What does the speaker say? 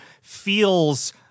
feels